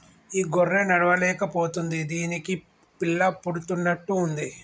ఈ గొర్రె నడవలేక పోతుంది దీనికి పిల్ల పుడుతున్నట్టు ఉంది